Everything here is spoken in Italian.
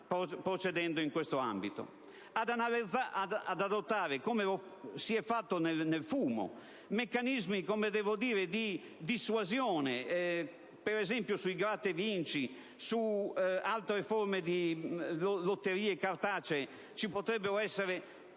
inoltre il Governo ad adottare, come si è fatto per il fumo, meccanismi di dissuasione. Ad esempio, sui gratta e vinci e su altre forme di lotterie cartacee ci potrebbero essere